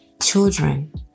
children